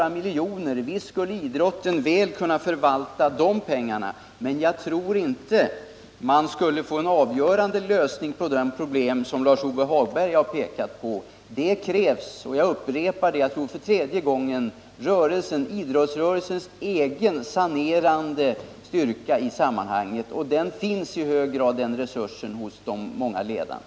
Visst skulle idrotten väl kunna förvalta några miljoner kronor extra, men jag tror inte de leder till en slutlig lösning på de problem som Lars-Ove Hagberg har pekat på. Det krävs — jag upprepar det för tredje gången — en egen, sanerande styrka hos idrottsrörelsen. Den resursen finns i dag i hög grad hos de många ledarna.